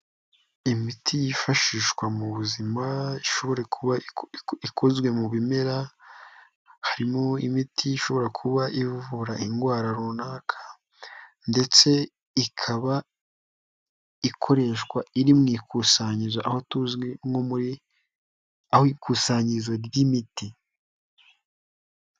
Imiti yifashishwa mu buzima ishobora kuba ikozwe mu bimera, harimo imiti ishobora kuba ivura indwara runaka ndetse ikaba ikoreshwa iri mu ikusanyirizo aho tuzi nko muri aho ikusanyirizo ry'imiti.